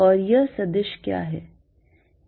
और यह सदिश क्या है